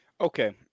Okay